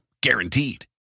Guaranteed